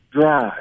drive